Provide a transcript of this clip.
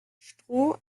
stroh